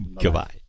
Goodbye